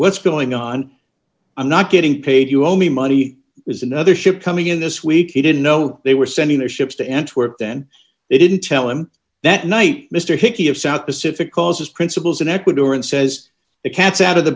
what's going on i'm not getting paid you owe me money is another ship coming in this week he didn't know they were sending their ships to ensure it then they didn't tell him that night mr hickey of south pacific causes principles in ecuador and says the cat's out of the